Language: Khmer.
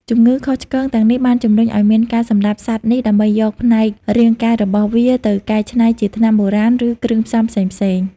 ជំនឿខុសឆ្គងទាំងនេះបានជំរុញឲ្យមានការសម្លាប់សត្វនេះដើម្បីយកផ្នែករាងកាយរបស់វាទៅកែច្នៃជាថ្នាំបុរាណ ឬគ្រឿងផ្សំផ្សេងៗ។